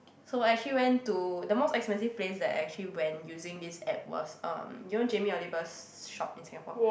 so actually went to the most expensive place that I actually went using this app was um you know Jamie-Oliver's shop in Singapore